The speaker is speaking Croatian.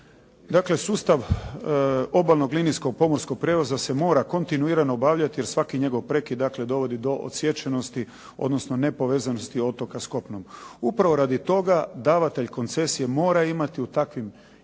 Dakle, sustav obalnog linijskog prijevoza se mora kontinuirano obavljati jer svaki njegov prekid dovodi do odsječenosti, odnosno nepovezanosti otoka s kopnom. Upravo radi toga davatelj koncesije mora imati u takvim